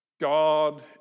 God